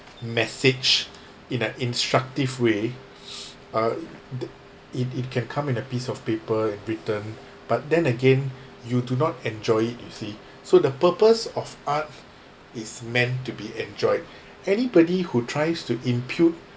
message in an instructive way uh the it it can come in a piece of paper and written but then again you do not enjoy it you see so the purpose of art is meant to be enjoyed anybody who tries to impute